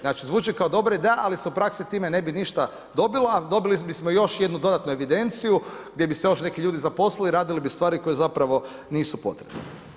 Znači zvuči kao dobra ideja, ali se u praksi time ne bi ništa dobilo, a dobili bismo još jednu dodatnu evidenciju gdje bi se još neki ljudi zaposlili i radili bi stvari koje nisu potrebne.